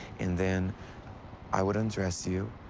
and then i would undress you,